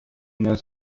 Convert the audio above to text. knows